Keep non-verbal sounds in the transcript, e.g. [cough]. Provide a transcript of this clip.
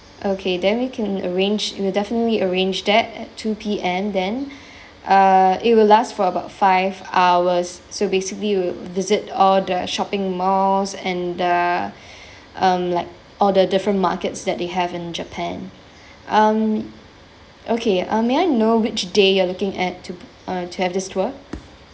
okay then we can arrange we'll definitely arrange that at two P_M then uh it will last for about five hours so basically we'll visit all the shopping malls and the [breath] um like all the different markets that they have in japan um okay uh may I know which day you are looking at to uh to have this tour